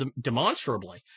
demonstrably